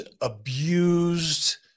abused